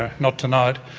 ah not tonight.